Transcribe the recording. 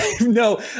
No